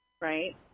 Right